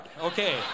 Okay